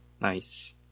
Nice